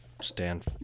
stand